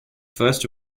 first